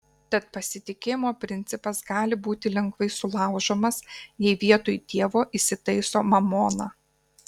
tad pasitikėjimo principas gali būti lengvai sulaužomas jei vietoj dievo įsitaiso mamona